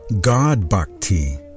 God-bhakti